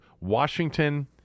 Washington